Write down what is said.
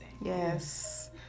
Yes